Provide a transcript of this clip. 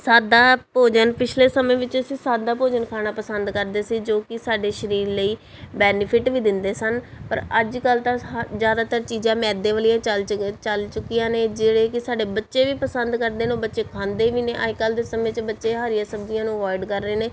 ਸਾਦਾ ਭੋਜਨ ਪਿਛਲੇ ਸਮੇਂ ਵਿੱਚ ਅਸੀਂ ਸਾਦਾ ਭੋਜਨ ਖਾਣਾ ਪਸੰਦ ਕਰਦੇ ਸੀ ਜੋ ਕਿ ਸਾਡੇ ਸਰੀਰ ਲਈ ਬੈਨੀਫਿਟ ਵੀ ਦਿੰਦੇ ਸਨ ਪਰ ਅੱਜ ਕੱਲ ਤਾਂ ਹ ਜ਼ਿਆਦਾਤਰ ਚੀਜ਼ਾਂ ਮੈਦੇ ਵਾਲੀਆਂ ਚੱਲ ਚਕ ਚੱਲ ਚੁੱਕੀਆਂ ਨੇ ਜਿਹੜੇ ਕਿ ਸਾਡੇ ਬੱਚੇ ਵੀ ਪਸੰਦ ਕਰਦੇ ਨੇ ਉਹ ਬੱਚੇ ਖਾਂਦੇ ਵੀ ਨੇ ਅੱਜ ਕੱਲ ਦੇ ਸਮੇਂ 'ਚ ਬੱਚੇ ਹਰੀਆਂ ਸਬਜ਼ੀਆਂ ਨੂੰ ਅਵੋਇਡ ਕਰ ਰਹੇ ਨੇ